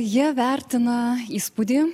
jie vertina įspūdį